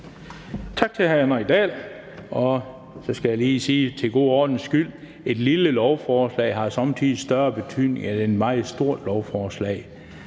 Tak til hr. Henrik Dahl. Og jeg skal lige for en god ordens skyld sige, at et lille lovforslag somme tider har større betydning end et meget stort lovforslag.